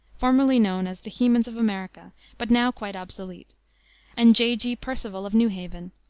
formerly known as the hemans of america, but now quite obsolete and j. g. percival of new haven,